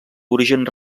origen